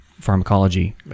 pharmacology